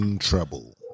trouble